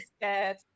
scared